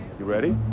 you ready?